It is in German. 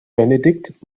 benedikt